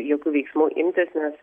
jokių veiksmų imtis nes